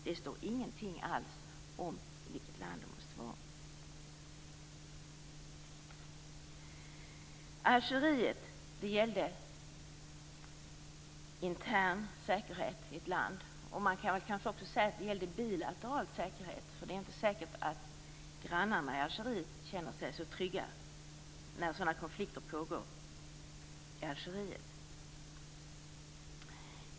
Det står ingenting alls om vilket land det gäller. Vad beträffar Algeriet kan man säga att det gällde intern säkerhet i ett land, och man kan kanske också säga att det gällde bilateral säkerhet. Det är inte säkert att Algeriets grannar känner sig så trygga när sådana konflikter pågår i Algeriet.